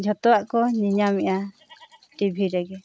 ᱡᱷᱚᱛᱚᱣᱟᱜ ᱠᱚ ᱧᱮᱞ ᱧᱟᱢ ᱮᱫᱼᱟ ᱴᱤᱵᱷᱤ ᱨᱮᱜᱮ